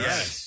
Yes